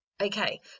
Okay